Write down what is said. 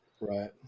right